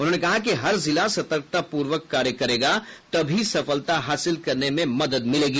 उन्होंने कहा कि हर जिला सतर्कता पूर्वक कार्य करेगा तभी सफलता हासिल करने में मदद मिलेगी